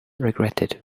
regretted